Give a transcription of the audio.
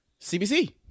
CBC